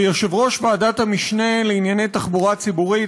כיושב-ראש ועדת המשנה לענייני תחבורה ציבורית,